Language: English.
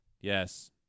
Yes